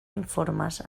informes